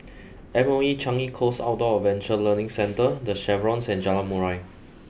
M O E Changi Coast Outdoor Adventure Learning Centre The Chevrons and Jalan Murai